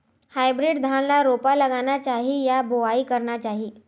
Hybrid धान ल रोपा लगाना चाही या बोआई करना चाही?